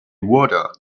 water